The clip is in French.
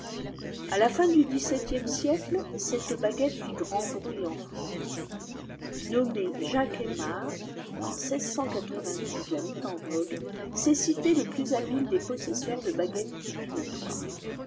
a la fin du dix-septième siècle cette baguette fit grand bruit en france nommer jacques aymar qui en mit en vogue c'est citer le plus habile des possesseurs de baguette divinatoire